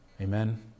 Amen